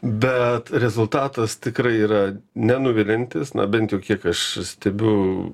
bet rezultatas tikrai yra nenuviliantis na bent jau kiek aš stebiu